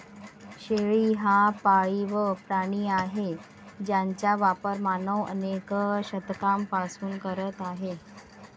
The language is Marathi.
शेळी हा पाळीव प्राणी आहे ज्याचा वापर मानव अनेक शतकांपासून करत आहे